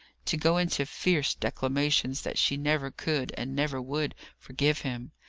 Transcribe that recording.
to go into fierce declamations that she never could, and never would forgive him,